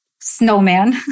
snowman